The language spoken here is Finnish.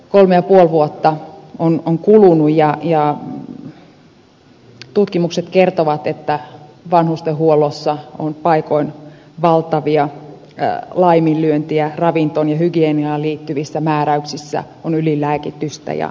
kolme ja puoli vuotta on kulunut ja tutkimukset kertovat että vanhustenhuollossa on paikoin valtavia laiminlyöntejä ravintoon ja hygieniaan liittyvissä määräyksissä on ylilääkitystä ja niin edelleen